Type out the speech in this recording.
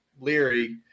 Leary